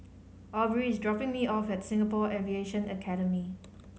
Aubrey is dropping me off at Singapore Aviation Academy